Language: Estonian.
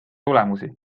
tulemusi